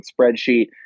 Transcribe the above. spreadsheet